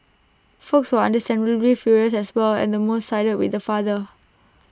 folks were understandably furious as well and most sided with the father